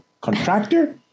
contractor